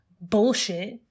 bullshit